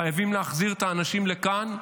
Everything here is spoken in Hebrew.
חייבים להחזיר את האנשים לכאן.